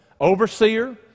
overseer